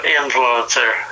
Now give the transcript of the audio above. influencer